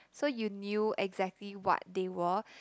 so you knew exactly what they were